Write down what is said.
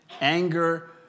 anger